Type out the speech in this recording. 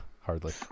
hardly